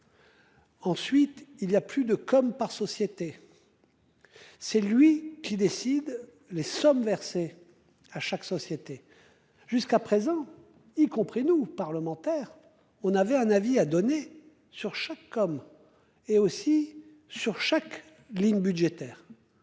Ensuite il y a plus de comme par société. C'est lui qui décide. Les sommes versées à chaque société jusqu'à présent, y compris nous parlementaires. On avait un avis à donner sur chaque homme et aussi sur chaque ligne budgétaire.